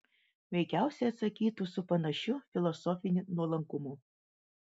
veikiausiai atsakytų su panašiu filosofiniu nuolankumu